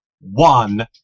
one